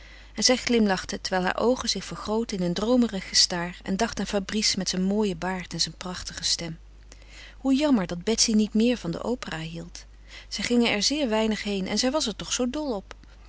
en zij glimlachte terwijl haar oogen zich vergrootten in een droomerig gestaar en dacht aan fabrice met zijn mooien baard en zijn prachtige stem hoe jammer dat betsy niet meer van de opera hield zij gingen er zeer weinig heen en zij was er toch zoo dol op